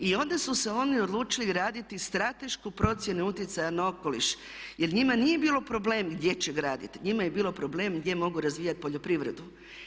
I onda su se oni odlučili graditi stratešku procjenu utjecaja na okoliš jer njima nije bilo problem gdje će graditi, njima je bilo problem gdje mogu razvijati poljoprivredu.